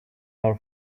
our